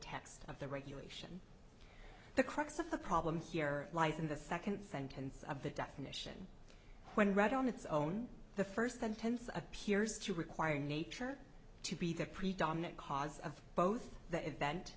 text of the regulation the crux of the problem here lies in the second sentence of the definition when read on its own the first sentence appears to require nature to be the predominant cause of both the event